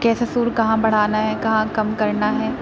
کیسے سُر کہاں بڑھانا ہے کہاں کم کرنا ہے